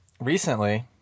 recently